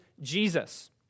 Jesus